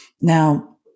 Now